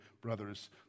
brothers